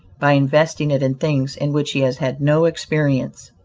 by investing it in things in which he has had no experience.